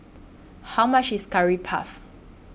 How much IS Curry Puff